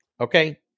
Okay